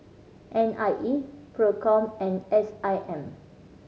N I E Procom and S I M